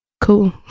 Cool